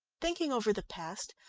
thinking over the past,